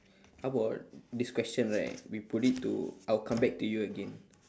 how about this question right we put it to I would come back to you again